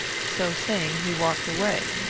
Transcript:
so saying, he walked away.